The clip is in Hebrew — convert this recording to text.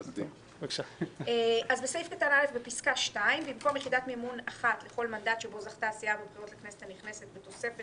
לפי סעיף 7ג לחוק המימון לאחר כינונה של הכנסת העשרים וארבע,